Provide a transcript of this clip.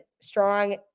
strong